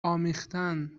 آمیختن